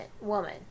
woman